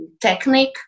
technique